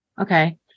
Okay